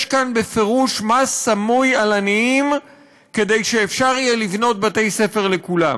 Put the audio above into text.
יש כאן מס סמוי על עניים כדי שאפשר יהיה לבנות בתי-ספר לכולם.